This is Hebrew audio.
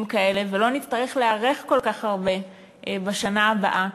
כאלה ולא נצטרך להיערך כל כך הרבה בשנה הבאה,